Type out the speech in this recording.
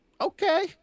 Okay